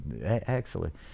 Excellent